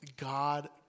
God